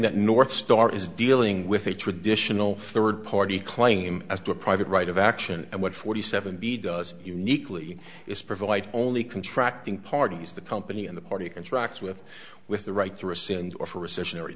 that north star is dealing with a traditional third party claim as the private right of action and what forty seven b does uniquely is provide only contract in parties the company and the party contracts with with the right to rescind or for recessionary